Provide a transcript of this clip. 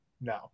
No